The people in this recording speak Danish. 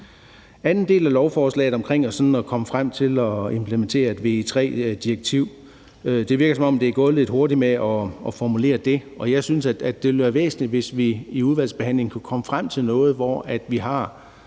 anden del af lovforslaget omkring at komme frem til at implementere et VEIII-direktiv virker det, som om det er gået lidt hurtigt med at formulere det. Jeg synes, det vil være væsentligt, hvis vi i udvalgsbehandlingen kan komme frem til noget, hvor vi har